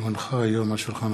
כאילו נשכחנו